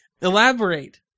Elaborate